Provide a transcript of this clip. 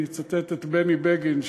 אני אצטט את בני בגין,